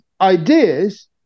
ideas